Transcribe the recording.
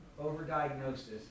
overdiagnosis